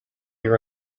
your